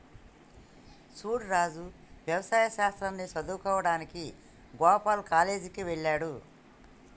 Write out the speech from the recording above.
సూడు రాజు యవసాయ శాస్త్రాన్ని సదువువుకోడానికి గోపాల్ కాలేజ్ కి వెళ్త్లాడు